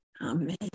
Amen